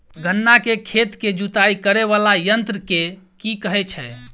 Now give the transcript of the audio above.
गन्ना केँ खेत केँ जुताई करै वला यंत्र केँ की कहय छै?